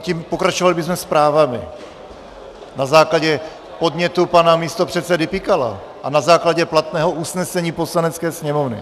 No pokračovali bychom zprávami na základě podnětu pana místopředsedy Pikala a na základě platného usnesení Poslanecké sněmovny.